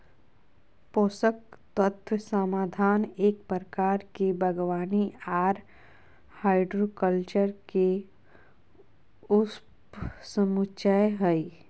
पोषक तत्व समाधान एक प्रकार के बागवानी आर हाइड्रोकल्चर के उपसमुच्या हई,